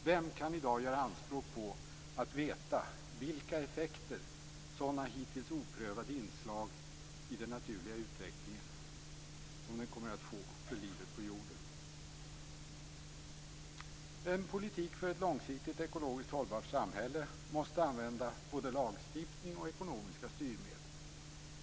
Vem kan i dag göra anspråk på att veta vilka effekter sådana hittills oprövade inslag i den naturliga utvecklingen kommer att få för livet på jorden? En politik för ett långsiktigt ekologiskt hållbart samhälle måste använda både lagstiftning och ekonomiska styrmedel.